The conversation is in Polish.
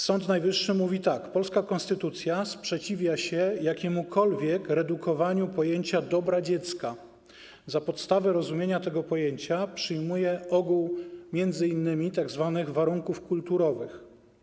Sąd Najwyższy mówi tak: polska konstytucja sprzeciwia się jakiemukolwiek redukowaniu pojęcia dobra dziecka, za podstawę rozumienia tego pojęcia przyjmuje ogół m.in. tzw. warunków kulturowych.